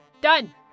Done